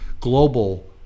global